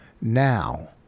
Now